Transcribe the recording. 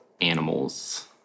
animals